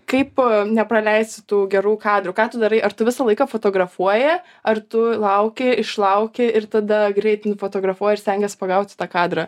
kaip nepraleisti tų gerų kadrų ką tu darai ar tu visą laiką fotografuoji ar tu lauki išlauki ir tada greitai nufotografuoji ir stengies pagauti tą kadrą